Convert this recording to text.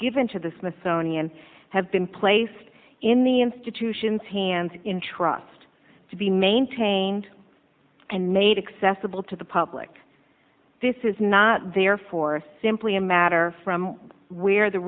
given to the smithsonian have been placed in the institutions hands in trust to be maintained and made accessible to the public this is not therefore simply a matter from where the